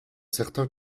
certain